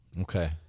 Okay